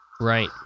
Right